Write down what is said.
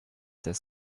des